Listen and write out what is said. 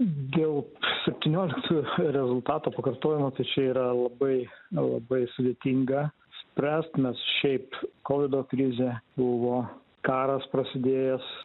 dėl septynioliktų rezultato pakartojimo tai čia yra labai labai sudėtinga spręst mes šiaip kovido krizė buvo karas prasidėjęs